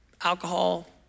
alcohol